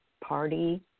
party